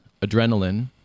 adrenaline